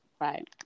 right